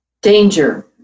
Danger